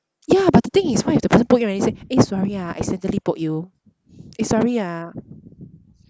ya but the thing is what if the person poke you and then say eh sorry ah I accidentally poke you eh sorry ah